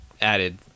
added